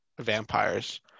vampires